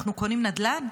אנחנו קונים נדל"ן?